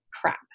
crap